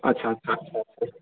আচ্ছা আচ্ছা আচ্ছা আচ্ছা